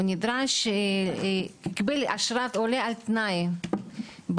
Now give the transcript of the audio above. הוא קיבל אשרת עולה על תנאי ברוסיה,